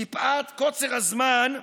מפאת קוצר הזמן,